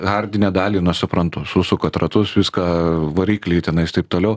hardinę dalį na suprantu susukat ratus viską varikliai tenais taip toliau